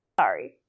Sorry